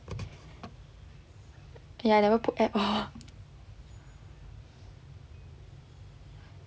ya I never put at all